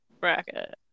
bracket